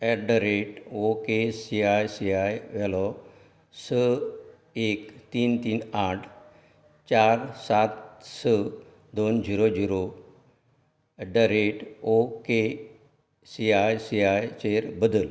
eight the rate okay C I C I वेलो स एक तीन तीन आठ चार सात स दोन zero zero at the rate okay C I सीआयचेर बदल